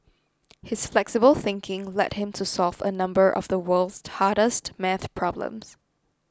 his flexible thinking led him to solve a number of the world's hardest maths problems